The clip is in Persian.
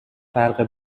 فرق